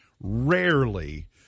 rarely